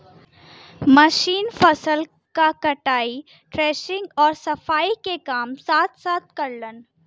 machine फसल क कटाई, थ्रेशिंग आउर सफाई के काम साथ साथ करलन